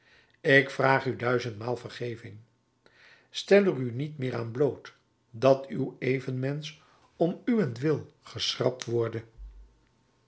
ik vraag u duizendmaal vergeving stel er u niet meer aan bloot dat uw evenmensch om uwentwil geschrapt worde